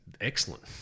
excellent